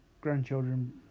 grandchildren